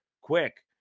quick